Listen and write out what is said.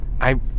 I-